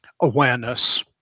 awareness